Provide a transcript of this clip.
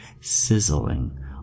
sizzling